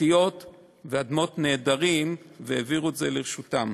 פרטיות ואדמות נעדרים, והעבירה את זה לרשותם.